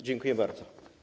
Dziękuję bardzo.